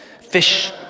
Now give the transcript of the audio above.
fish